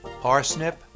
parsnip